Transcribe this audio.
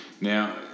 Now